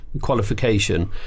qualification